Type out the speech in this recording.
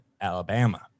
Alabama